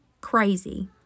crazy